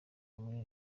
muri